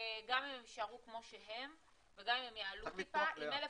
גם אם הם יישארו כמו שהם וגם אם הם יעלו טיפה עם 1,000